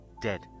dead